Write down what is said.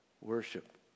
Worship